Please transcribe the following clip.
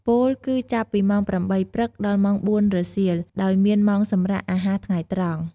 ពោលគឺចាប់ពីម៉ោង៨ ព្រឹក ដល់ម៉ោង ៤ រសៀល ដោយមានម៉ោងសម្រាកអាហារថ្ងៃត្រង់។